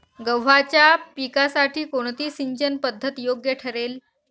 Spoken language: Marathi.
गव्हाच्या पिकासाठी कोणती सिंचन पद्धत योग्य ठरेल?